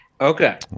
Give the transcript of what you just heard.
Okay